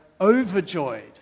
overjoyed